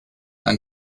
ein